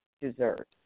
dessert